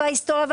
ההיסטוריה,